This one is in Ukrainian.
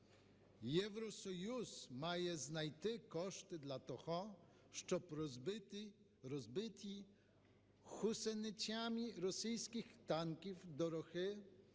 Євросоюз має знайти кошти для того, щоб розбиті гусеницями російських танків дороги